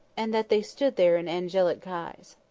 and that they stood there in angelic guise.